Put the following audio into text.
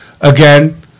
Again